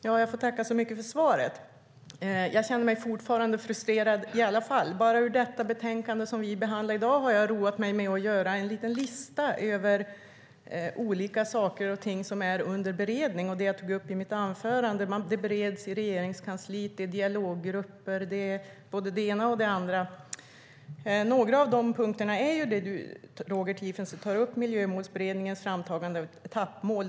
Herr talman! Jag tackar för svaret. Jag känner mig fortfarande frustrerad. Jag har roat mig med att göra en liten lista över olika saker och ting som sägs vara under beredning i det betänkande som vi behandlar i dag. Det bereds i Regeringskansliet, det är dialoggrupper och det är både det ena och det andra. Roger Tiefensee tar upp Miljömålsberedningens framtagande av etappmål.